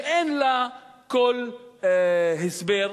שאין לה כל הסבר,